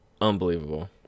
unbelievable